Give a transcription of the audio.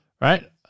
Right